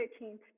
13th